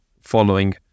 following